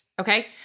okay